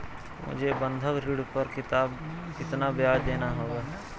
मुझे बंधक ऋण पर कितना ब्याज़ देना होगा?